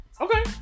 Okay